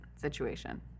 situation